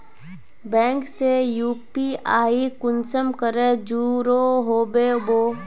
Bank से UPI कुंसम करे जुड़ो होबे बो?